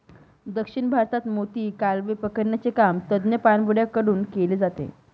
दक्षिण भारतात मोती, कालवे पकडण्याचे काम तज्ञ पाणबुड्या कडून केले जाते